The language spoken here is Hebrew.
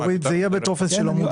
זה יהיה בטופס של עמוד אחד.